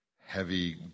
heavy